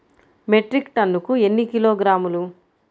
Metric టన్నుకు ఎన్ని కిలోగ్రాములు?